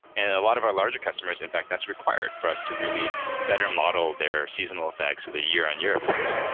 and a lot of our larger customers, in fact, that's required for us to really better model their seasonal effects of the year on year effects.